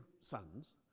sons